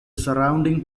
surrounding